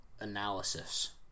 analysis